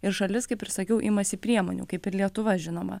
ir šalis kaip ir sakiau imasi priemonių kaip ir lietuva žinoma